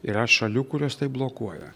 yra šalių kurios tai blokuoja